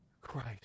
Christ